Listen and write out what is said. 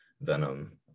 Venom